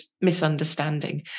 misunderstanding